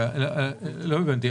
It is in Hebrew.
לא הבנתי.